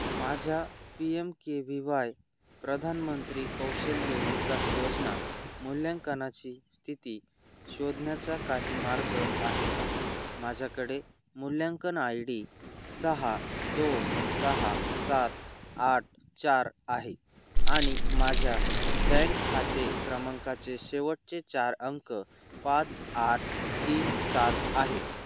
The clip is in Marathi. माझ्या P M K V Y प्रधानमंत्री कौशल्य विकास योजना मूल्यांकनाची स्थिती शोधण्याचा काही मार्ग आहे का माझ्याकडे मूल्यांकन आय डी सहा दोन सहा सात आठ चार आहे आणि माझ्या बँक खाते क्रमांकाचे शेवटचे चार अंक पाच आठ तीन सात आहेत